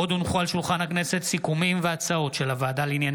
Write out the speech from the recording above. עוד הונחו על שולחן הכנסת סיכומים והצעות של הוועדה לענייני